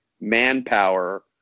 manpower